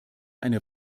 eine